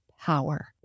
power